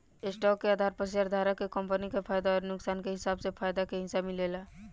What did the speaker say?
stock के आधार पर शेयरधारक के कंपनी के फायदा अउर नुकसान के हिसाब से फायदा के हिस्सा मिलेला